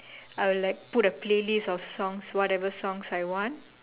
I will like put a playlist of songs whatever songs I want